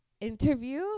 interview